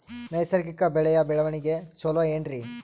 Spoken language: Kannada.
ನೈಸರ್ಗಿಕ ಬೆಳೆಯ ಬೆಳವಣಿಗೆ ಚೊಲೊ ಏನ್ರಿ?